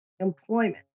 employment